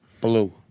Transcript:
Blue